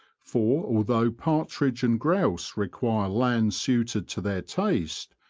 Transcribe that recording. for although partridge and grouse require land suited to their taste,